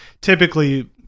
typically